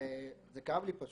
וזה כאב לי פשוט.